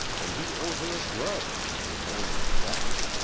and he owed her a grudge, if only for that.